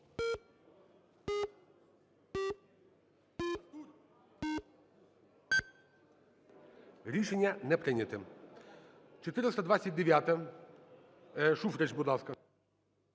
Рішення не прийнято. 429-а. Шуфрич, будь ласка.